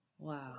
Wow